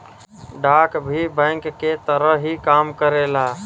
डाक भी बैंक के तरह ही काम करेला